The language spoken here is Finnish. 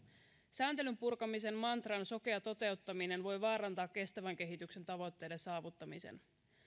sääntelyn purkamisen mantran sokea toteuttaminen voi vaarantaa kestävän kehityksen tavoitteiden saavuttamisen